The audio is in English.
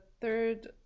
third